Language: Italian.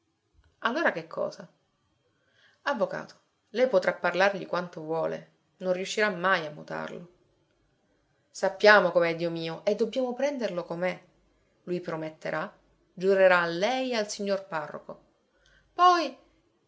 allora che cosa avvocato lei potrà parlargli quanto vuole non riuscirà mai a mutarlo sappiamo com'è dio mio e dobbiamo prenderlo com'è lui prometterà giurerà a lei e al signor parroco poi